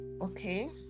Okay